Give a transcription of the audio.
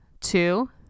two